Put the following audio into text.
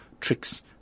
tricks